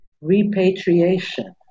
repatriation